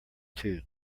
two